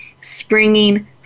springing